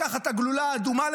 לקחת את הגלולה האדומה,